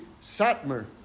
Satmer